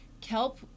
kelp